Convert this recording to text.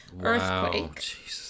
earthquake